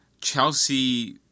Chelsea